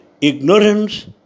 ignorance